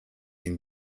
ihn